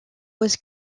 was